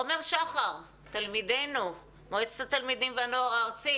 עומר שחר, תלמידנו, מועצת התלמידים והנוער הארצי.